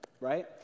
right